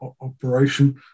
operation